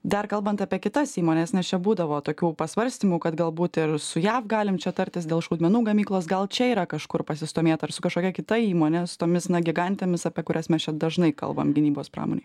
dar kalbant apie kitas įmones nes čia būdavo tokių pasvarstymų kad galbūt ir su jav galim čia tartis dėl šaudmenų gamyklos gal čia yra kažkur pasistūmėta ir su kažkokia kita įmone su tomis na gigantėmis apie kurias mes čia dažnai kalbam gynybos pramonėj